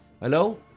hello